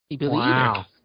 wow